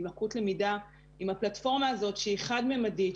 עם לקות למידה עם הפלטפורמה הזאת שהיא חד-מימדית,